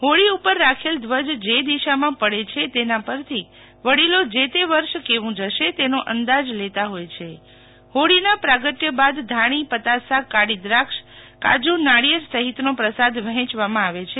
હોલી ઉપર રાખેલ ઘ્વજ જે દિશામાં પડે છે તેના પરથી વડીલો જે તે વર્ષ કેવું જશે તેનો અંદાજ લેતા હોય છે હોલીના પ્રાગટંચ બાદ ધાણી પતાસાકાલી દ્રાક્ષકાજુનાળિયેર સહિતનો પ્રસાદ વહેચવામાં આવે છે